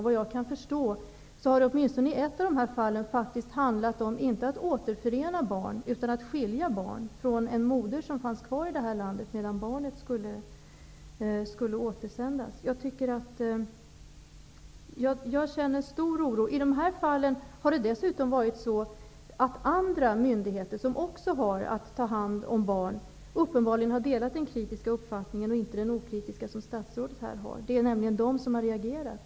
Vad jag kan förstå har det i åtminstone ett av dessa fall faktiskt inte handlat om att återförena barn, utan om att skilja barn från en moder som fanns kvar i det här landet medan barnet skulle återsändas. Jag känner stor oro inför detta. I de här fallen har dessutom andra myndigheter som också har att ta hand om barn uppenbarligen delat den kritiska uppfattningen och inte den okritiska som statsrådet har. Det är nämligen de som har reagerat.